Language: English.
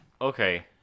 Okay